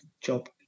job